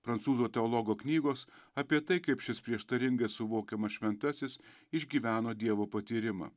prancūzų teologo knygos apie tai kaip šis prieštaringai suvokiamas šventasis išgyveno dievo patyrimą